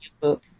book